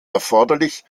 erforderlich